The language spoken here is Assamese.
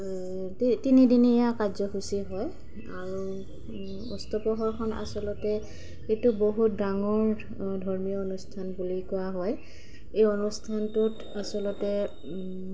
তিনিদিনীয়া কাৰ্যসূচী হয় আৰু অস্তপহৰখন আচলতে এইটো বহুত ডাঙৰ ধৰ্মীয় অনুষ্ঠান বুলি কোৱা হয় এই অনুষ্ঠানটোত আচলতে